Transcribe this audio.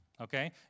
Okay